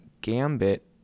Gambit